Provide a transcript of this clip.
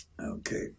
Okay